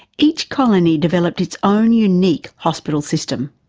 each colony developed its own unique hospital system.